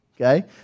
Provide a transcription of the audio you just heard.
Okay